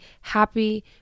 happy